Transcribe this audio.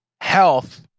health